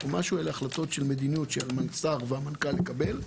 אלה החלטות של מדיניות של השר והמנכ"ל לקבל.